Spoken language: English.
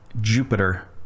Jupiter